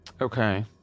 Okay